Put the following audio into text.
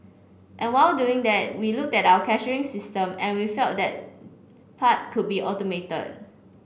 and while doing that we looked at our cashiering system and we felt that part could be automated